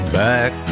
back